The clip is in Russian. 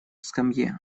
скамье